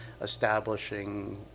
establishing